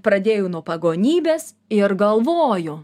pradėjau nuo pagonybės ir galvoju